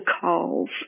calls